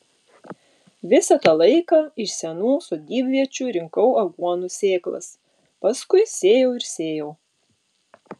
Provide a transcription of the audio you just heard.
visą tą laiką iš senų sodybviečių rinkau aguonų sėklas paskui sėjau ir sėjau